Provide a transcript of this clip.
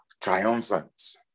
triumphant